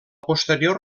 posterior